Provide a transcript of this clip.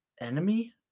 enemy